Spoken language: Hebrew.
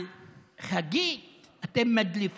בתי הדין